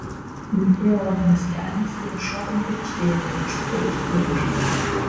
vilkėjo odines kelnes kurios šokant girgždėjo girgžt girgžt girgžt